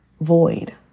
void